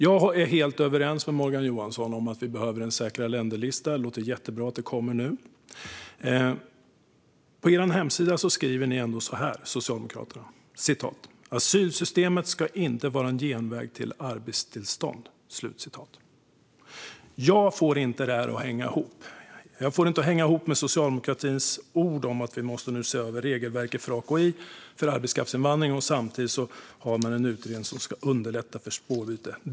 Jag är helt överens med Morgan Johansson om att vi behöver en säkra länder-lista. Det låter jättebra att den kommer nu. På Socialdemokraternas hemsida skriver ni ändå så här: "Asylsystemet ska inte vara en genväg till arbetstillstånd." Jag får inte socialdemokratins ord om att vi nu måste se över regelverket för arbetskraftsinvandring att hänga ihop med att man samtidigt har en utredning om att underlätta spårbyte.